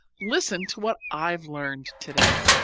listen to what i've learned to-day.